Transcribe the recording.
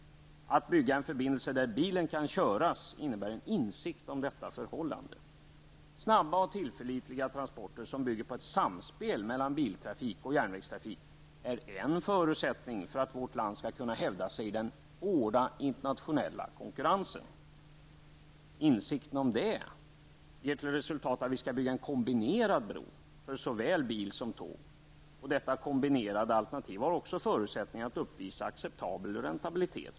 Att bygga en förbindelse där bilen kan köras innebär en insikt om detta förhållande. Snabba och tillförlitliga transporter, som bygger på ett samspel mellan biltrafik och järnvägstrafik, är en förutsättning för att vårt land skall kunna hävda sig i den hårda internationella konkurrensen. Insikten om detta ger till resultat att vi skall bygga en kombinerad bro, för såväl bilar som tåg. Detta kombinerade alternativ har också förutsättningar att uppvisa acceptabel räntabilitet.